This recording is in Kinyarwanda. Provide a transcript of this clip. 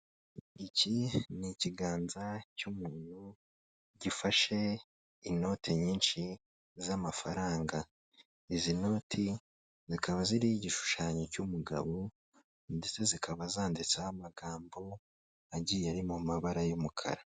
Iki ni ikiganza cy'umuntu gifashe inoti nyinshi z'amafaranga. Izi noti zikaba ziri igishushanyo cy'umugabo ndetse zikaba zanditseho amagambo agiye ari mu mabara y'umukara.